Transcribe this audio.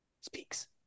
Speaks